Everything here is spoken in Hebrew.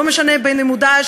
לא משנה אם הוא "דאעש",